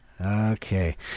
Okay